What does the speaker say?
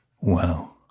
Wow